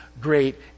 great